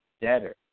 debtor